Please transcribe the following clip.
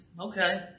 Okay